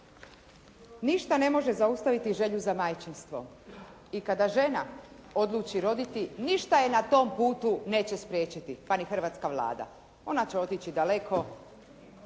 Ništa ne može zaustaviti želju za majčinstvom i kada žena odluči roditi ništa je na tom putu neće spriječiti pa ni hrvatska Vlada. Ona će otići daleko.